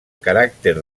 caràcter